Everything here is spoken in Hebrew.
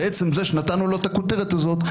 בעצם זה שנתנו לו את הכותרת הזאת,